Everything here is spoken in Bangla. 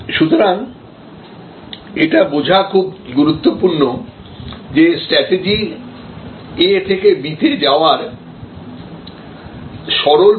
সুতরাং এটা বোঝা খুব গুরুত্বপূর্ণ যে স্ট্র্যাটেজি A থেকে B তে যাওয়ার সরল প্রক্রিয়া নয়